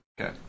Okay